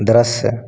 दृश्य